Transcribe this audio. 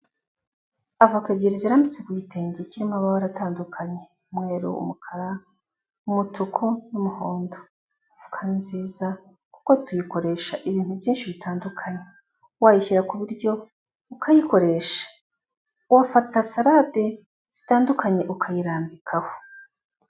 Avoka ebyiri zirambitse ku gitenge kirimo amabara atandukanye, umweru, umukara, umutuku n'umuhondo. Avoka ni nziza, kuko tuyikoresha ibintu byinshi bitandukanye. Wayishyira ku buryo ukayikoresha. Wafata sarade zitandukanye ukayirambikaho.